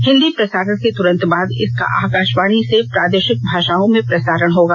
हिन्दी प्रसारण के तुरंत बाद इसका आकाशवाणी से प्रादेशिक भाषाओं में प्रसारण होगा